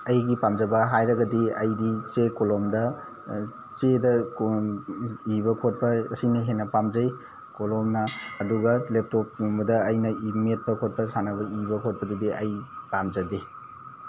ꯑꯩꯒꯤ ꯄꯥꯝꯖꯕ ꯍꯥꯏꯔꯒꯗꯤ ꯑꯩꯗꯤ ꯆꯦ ꯀꯣꯂꯣꯝꯗ ꯆꯦꯗ ꯀꯣꯂꯣꯝ ꯏꯕ ꯈꯣꯠꯄ ꯑꯁꯤꯅ ꯍꯦꯟꯅ ꯄꯥꯝꯖꯩ ꯀꯣꯂꯣꯝꯅ ꯑꯗꯨꯒ ꯂꯦꯞꯇꯣꯞꯀꯨꯝꯕꯗ ꯑꯩꯅ ꯃꯦꯠꯄ ꯈꯣꯠꯄ ꯁꯥꯟꯅꯕ ꯏꯕ ꯈꯣꯠꯄꯗꯨꯗꯤ ꯑꯩ ꯄꯥꯝꯖꯗꯦ